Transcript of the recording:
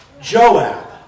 Joab